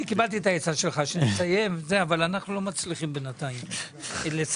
אני קיבלתי את העצה שלך שנסיים אבל אנחנו לא מצליחים בינתיים לסיים.